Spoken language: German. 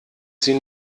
sie